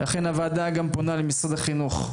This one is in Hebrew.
לכן הוועדה גם פונה למשרד החינוך,